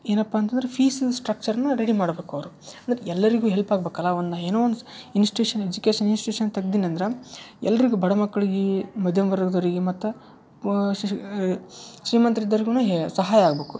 ಏನಪ್ಪ ಅಂತಂದ್ರೆ ಫೀಸು ಸ್ಟ್ರಕ್ಚರ್ನ ರೆಡಿ ಮಾಡ್ಬೇಕು ಅವರು ಅಂದ್ರೆ ಎಲ್ಲರಿಗೂ ಹೆಲ್ಪ್ ಆಗ್ಬೇಕಲ್ಲಾ ಅವಿಂದ ಏನೋ ಒನ್ಸ್ ಇನ್ಸ್ಟ್ಯೂಷನ್ ಎಜುಕೇಶನ್ ಇನ್ಸ್ಟ್ಯೂಷನ್ ತಗ್ದಿನಂದ್ರ ಎಲ್ರಿಗೂ ಬಡ ಮಕ್ಳಿಗೆ ಮಧ್ಯಮ ವರ್ಗದವರಿಗೆ ಮತ್ತು ಶ್ರೀಮಂತ್ರು ಇದ್ದವರಿಗೂನು ಹೇ ಸಹಾಯ ಆಗಬೇಕು